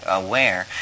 aware